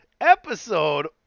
episode